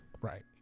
Right